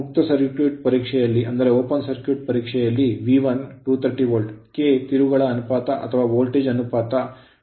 ಮುಕ್ತ ಸರ್ಕ್ಯೂಟ್ ಪರೀಕ್ಷೆಯಲ್ಲಿ V1 230 volt K ತಿರುವುಗಳ ಅನುಪಾತ ಅಥವಾ ವೋಲ್ಟೇಜ್ ಅನುಪಾತ 230150 2